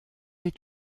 est